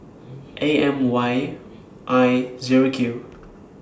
A M Y I Zero Q